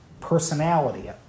personality